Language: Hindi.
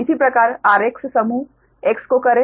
इसी प्रकार rx समूह x को करें